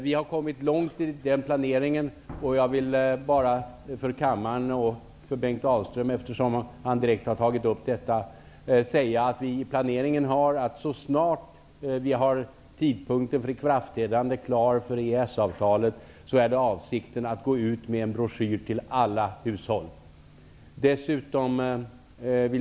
Vi har kommit långt i den planeringen, och jag vill bara för kammaren och för Bengt Dalström, eftersom han direkt har tagit upp frågan, säga att vi planerar med att, så snart vi har tidpunkten klar för ikraftträdande av EES-avtalet, gå ut med en broschyr till alla hushåll.